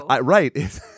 right